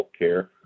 healthcare